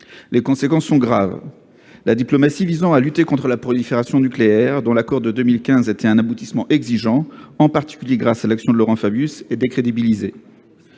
Les conséquences sont graves. La diplomatie visant à lutter contre la prolifération nucléaire, dont l'accord de 2015 était un aboutissement exigeant, en particulier grâce à l'action de Laurent Fabius, est décrédibilisée.